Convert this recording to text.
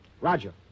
Roger